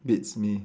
beats me